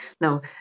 No